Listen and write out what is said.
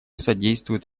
содействуют